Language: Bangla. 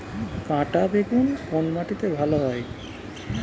কাঁটা বেগুন কোন মাটিতে ভালো হয়?